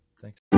Thanks